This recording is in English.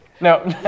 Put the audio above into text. No